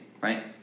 right